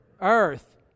Earth